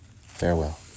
Farewell